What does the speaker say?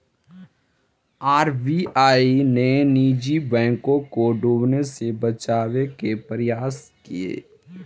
RBI ने निजी बैंकों को डूबने से बचावे के प्रयास किए